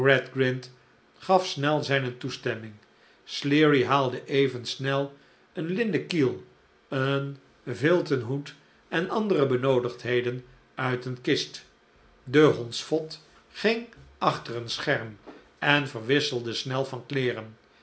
gaf snel zijne toestemming sleary haalde even snel een linnen kiel een vilten hoed en andere benoodigdheden uit eene kist de hondsvot ging achter een scherm en verwisselde snel van kleederen